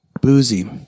Boozy